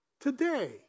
today